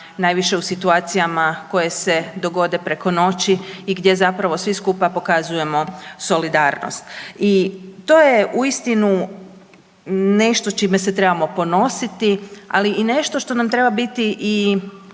najviše u situacijama koje se dogode preko noći i gdje zapravo svi skupa pokazujemo solidarnost. I to je uistinu nešto s čime se trebamo ponositi, ali i nešto što nam treba biti i